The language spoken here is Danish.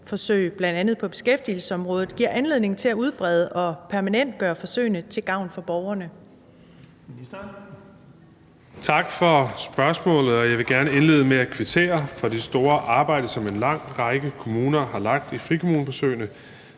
– bl.a. på beskæftigelsesområdet – giver anledning til at udbrede og permanentgøre forsøgene til gavn for borgerne?